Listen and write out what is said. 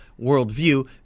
worldview